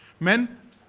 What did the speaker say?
Men